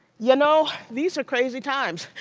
you know, these are crazy times.